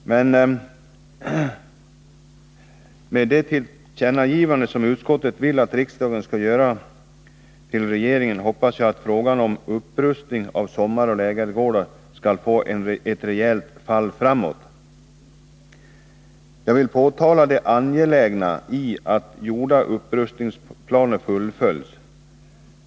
Med det tillkännagivande till regeringen som utskottet vill att riksdagen skall göra hoppas jag att frågan om en upprustning av sommaroch lägergårdar skall få ett rejält fall framåt. I det sammanhanget vill jag framhålla det angelägna i att gjorda upprustningsplaner fullföljs.